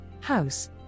house